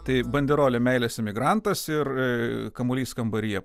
tai banderolė meilės imigrantas ir kamuolys kambaryje